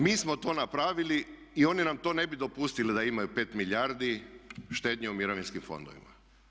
Dakle, mi smo to napravili i oni nam to ne bi dopustili da imaju 5 milijardi štednje u mirovinskim fondovima.